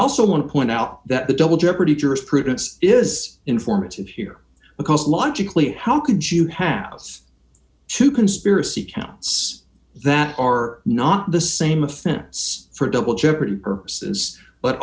also want to point out that the double jeopardy jurisprudence is informative here because logically how could you have less to conspiracy counts that are not the same offense for double jeopardy purposes but